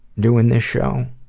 doing this show.